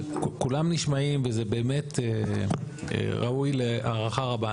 אבל כולם נשמעים וזה באמת ראוי להערכה רבה.